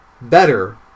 better